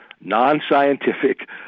non-scientific